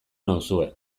nauzue